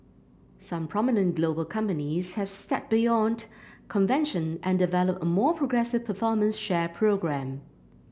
some prominent global companies have stepped beyond convention and developed a more progressive performance share programme